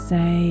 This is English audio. Say